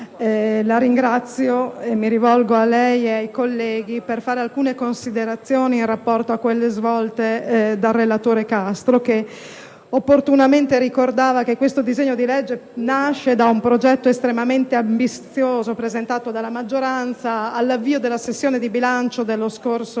di minoranza. Mi rivolgo a lei e ai colleghi, signor Presidente, per svolgere alcune considerazioni in rapporto a quelle svolte dal relatore Castro, il quale opportunamente ricordava che questo disegno di legge nasce da un progetto estremamente ambizioso presentato dalla maggioranza all'avvio della sessione di bilancio dello scorso